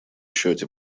счете